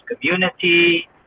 community